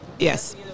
Yes